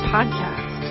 Podcast